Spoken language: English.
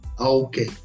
Okay